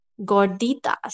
Gorditas